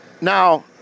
Now